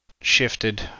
shifted